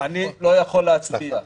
אני לא יכול להצביע.